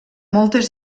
moltes